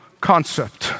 concept